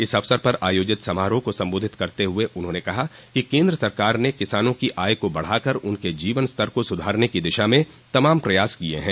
इस अवसर पर आयोजित समारोह को सम्बोधित करते हुए उन्होंने कहा कि केन्द्र सरकार ने किसानों की आय को बढ़ाकर उनके जीवन स्तर को सुधारने की दिशा में तमाम प्रयास किये हैं